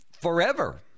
forever